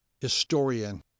historian